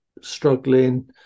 struggling